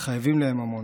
חייבים להם המון.